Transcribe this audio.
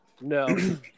no